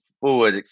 forward